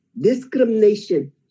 discrimination